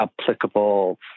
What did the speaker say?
applicable